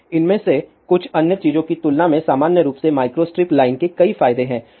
तो इनमें से कुछ अन्य चीजों की तुलना में सामान्य रूप से माइक्रोस्ट्रिप लाइन के कई फायदे हैं